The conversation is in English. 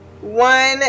one